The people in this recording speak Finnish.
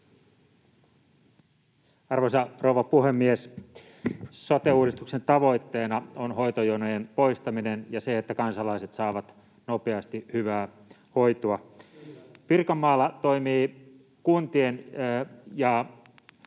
Arvoisa rouva puhemies! Sote-uudistuksen tavoitteena on hoitojonojen poistaminen ja se, että kansalaiset saavat nopeasti hyvää hoitoa. Pirkanmaalla toimii kuntien ja